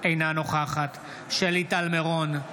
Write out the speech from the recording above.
נוכחת שלי טל מירון,